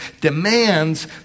demands